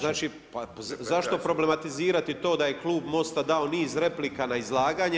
Znači, zašto problematizirati to da je Klub MOST-a dao niz replika na izlaganje.